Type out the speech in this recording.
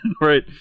right